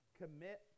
commit